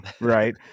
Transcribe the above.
right